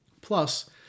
Plus